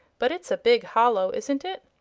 but it's a big hollow, isn't it?